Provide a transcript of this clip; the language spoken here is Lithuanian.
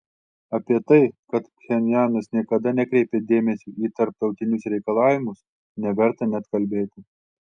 apie tai kad pchenjanas niekada nekreipė dėmesio į tarptautinius reikalavimus neverta net kalbėti